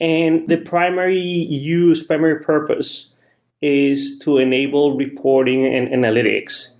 and the primary use, primary purpose is to enable reporting and analytics